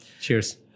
Cheers